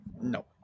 No